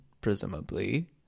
presumably